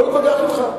לא מתווכח אתך.